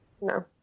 No